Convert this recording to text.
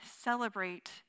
celebrate